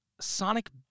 Sonic